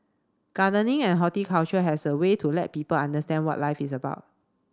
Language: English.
gardening and horticulture has a way to let people understand what life is about